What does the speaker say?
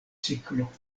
ciklo